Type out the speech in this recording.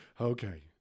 okay